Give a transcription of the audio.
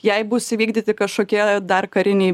jei bus įvykdyti kažkokie dar kariniai